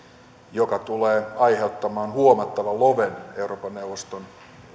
mikä tulee aiheuttamaan huomattavan loven euroopan neuvoston